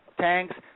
tanks